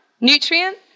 nutrient